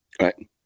right